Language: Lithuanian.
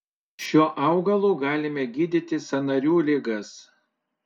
šiuo augalu galime gydyti sąnarių ligas